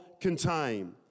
contain